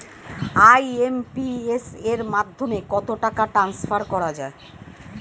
IMPS এর মাধ্যমে কত টাকা ট্রান্সফার করা যায়?